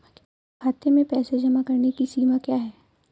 खाते में पैसे जमा करने की सीमा क्या है?